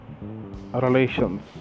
Relations